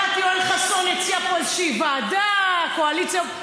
שמעתי, יואל חסון הציע פה איזושהי ועדה, קואליציה.